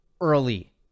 early